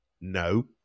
no